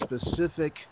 specific